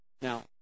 Now